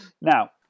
Now